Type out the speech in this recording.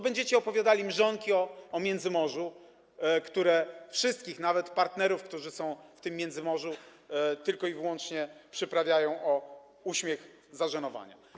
Będziecie opowiadali mrzonki o Międzymorzu, które wszystkich, nawet partnerów, którzy są w tym Międzymorzu, tylko i wyłącznie przyprawiają o uśmiech zażenowania.